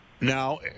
Now